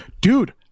dude